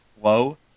flow